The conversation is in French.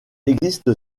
existe